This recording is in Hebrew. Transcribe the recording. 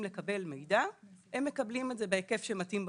לקבל מידע הם מקבלים את זה בהיקף שמתאים בחוק,